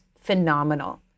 phenomenal